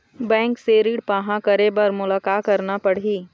Bank से ऋण पाहां करे बर मोला का करना पड़ही?